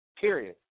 period